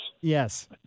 Yes